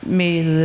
med